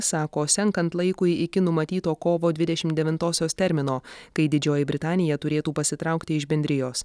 sako senkant laikui iki numatyto kovo dvidešimt devintosios termino kai didžioji britanija turėtų pasitraukti iš bendrijos